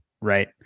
right